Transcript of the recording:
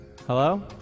Hello